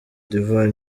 d’ivoire